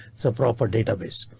so proper database.